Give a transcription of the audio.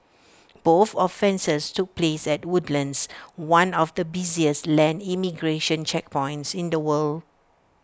both offences took place at Woodlands one of the busiest land immigration checkpoints in the world